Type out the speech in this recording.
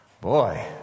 Boy